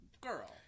girl